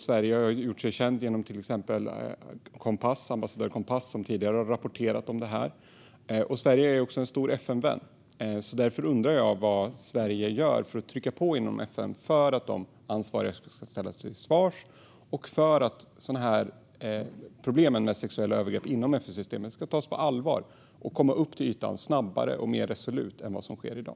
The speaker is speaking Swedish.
Sverige har gjort sig känt genom till exempel ambassadör Kompass, som tidigare har rapporterat om dessa frågor. Sverige är också en stor FN-vän. Därför undrar jag vad Sverige gör för att trycka på inom FN för att de ansvariga ska ställas till svars och för att problemen med sexuella övergrepp inom FN-systemet ska tas på allvar och komma upp till ytan snabbare och mer resolut än vad som sker i dag.